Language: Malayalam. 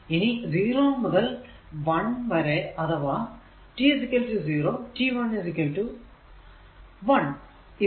ഇനി 0 മുതൽ 1 വരെ അഥവാ t0 0 t 1 1 ഇതാണ്